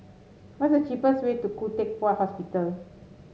what is the cheapest way to Khoo Teck Puat Hospital